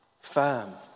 firm